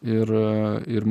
ir ir